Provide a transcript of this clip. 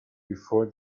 before